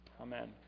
amen